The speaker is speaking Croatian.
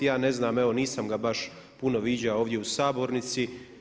Ja ne znam, evo nisam ga baš puno viđao ovdje u sabornici.